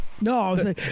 No